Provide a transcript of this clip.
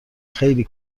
خیلی